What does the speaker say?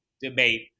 debate